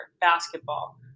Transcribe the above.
basketball